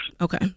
Okay